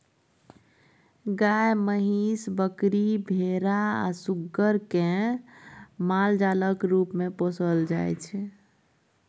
गाय, महीस, बकरी, भेरा आ सुग्गर केँ मालजालक रुप मे पोसल जाइ छै